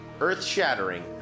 earth-shattering